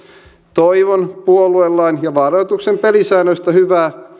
toivon puoluelain ja vaalirahoituksen pelisäännöistä hyvää